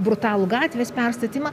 brutalų gatvės perstatymą